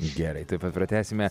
gerai tuoj pat pratęsime